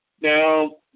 now